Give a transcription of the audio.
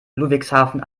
ludwigshafen